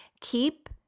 keep